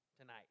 tonight